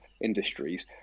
industries